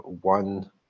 one